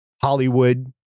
Hollywood